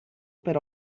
per